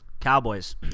Cowboys